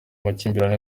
amakimbirane